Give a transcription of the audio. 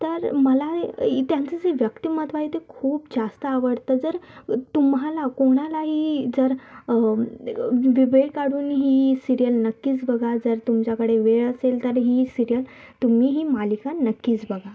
तर मला त्यांचं जे व्यक्तिमत्व आहे ते खूप जास्त आवडतं जर तुम्हाला कोणालाही जर वेळ काढून ही सिरीयल नक्कीच बघा जर तुमच्याकडे वेळ असेल तर ही सिरीयल तुम्ही ही मालिका नक्कीच बघा